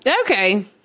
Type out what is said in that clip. Okay